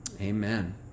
Amen